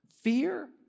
Fear